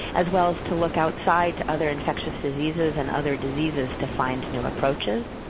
as well as to look outside other infectious diseases and other diseases to find new approaches.